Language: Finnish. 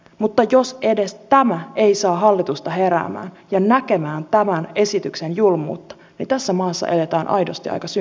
mutta jos edes tämä ei saa hallitusta heräämään ja näkemään tämän esityksen julmuutta niin tässä maassa eletään aidosti aika synkkiä aikoja